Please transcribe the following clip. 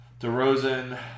DeRozan